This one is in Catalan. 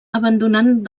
abandonant